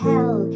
Hell